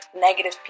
negative